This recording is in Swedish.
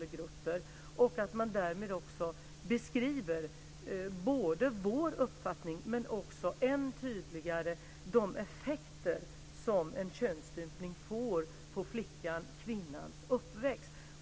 Det gäller att än tydligare beskriva vår uppfattning och de effekter som en könsstympning får för flickans uppväxt.